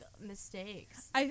mistakes